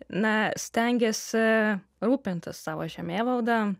na stengėsi rūpintis savo žemėvalda